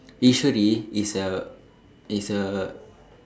Eswari is a is a